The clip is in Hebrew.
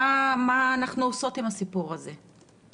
מה אנחנו עושות עם הסיפור הזה?